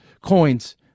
coins